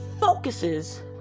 focuses